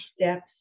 steps